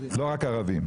לא רק ערבים,